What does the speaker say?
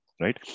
right